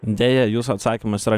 deja jūsų atsakymas yra